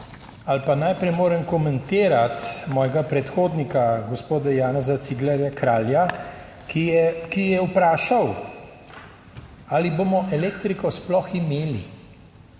ali pa najprej moram komentirati mojega predhodnika, gospoda Janeza Ciglerja Kralja, ki je vprašal, ali bomo elektriko sploh imeli?